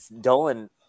Dolan